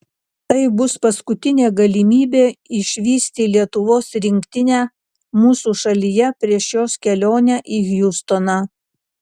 tai bus paskutinė galimybė išvysti lietuvos rinktinę mūsų šalyje prieš jos kelionę į hjustoną